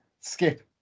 Skip